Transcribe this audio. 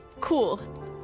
Cool